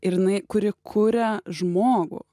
ir jinai kuri kuria žmogų